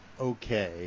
okay